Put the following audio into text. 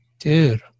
Dude